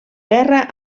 guerra